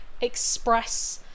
express